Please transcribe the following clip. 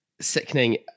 sickening